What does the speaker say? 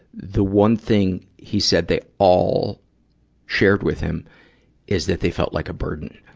the one thing he said they all shared with him is that they felt like a burden.